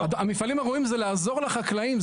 המפעלים הראויים זה לעזור לחקלאים.